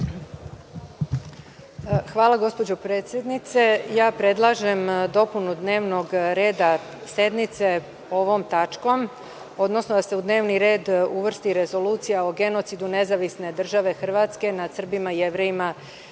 Hvala gospođo predsednice. Ja predlažem dopunu dnevnog reda sednice ovom tačkom, odnosno da se u dnevni red uvrsti rezolucija o genocidu nezavisne države Hrvatske nad Srbima, Jevrejima